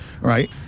right